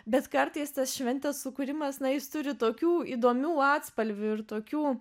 bet kartais tas šventės sukūrimas na jis turi tokių įdomių atspalvių ir tokių